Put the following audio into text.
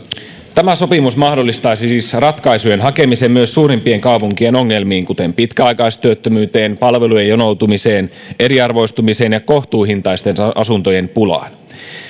tämä sopimus mahdollistaisi siis ratkaisujen hakemisen myös suurimpien kaupunkien ongelmiin kuten pitkäaikaistyöttömyyteen palvelujen jonoutumiseen eriarvoistumiseen ja kohtuuhintaisten asuntojen pulaan